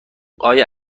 آیا